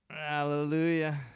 Hallelujah